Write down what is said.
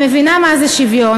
אני מבינה מה זה שוויון,